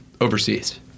overseas